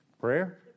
Prayer